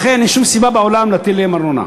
לכן, אין שום סיבה בעולם להטיל עליהן ארנונה.